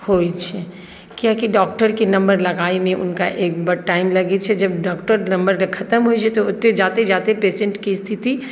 होइत छै कियाकि डॉक्टरके नम्बर लगाइमे हुनका एक बड्ड टाइम लगैत छै जब डॉक्टरके नम्बर खतम होइत जेतै ओतय जाते जाते पेशेन्टके स्थिति